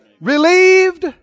relieved